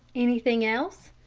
anything else?